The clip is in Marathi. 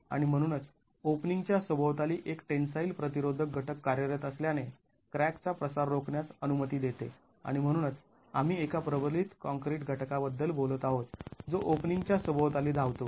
आणि म्हणूनच ओपनिंग च्या सभोवताली एक टेन्साईल प्रतिरोधक घटक कार्यरत असल्याने क्रॅकचा प्रसार रोखण्यास अनुमती देते आणि म्हणूनच आम्ही एका प्रबलित कॉंक्रीट घटका बद्दल बोलत आहोत जो ओपनिंग च्या सभोवताली धावतो